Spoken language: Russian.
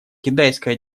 китайская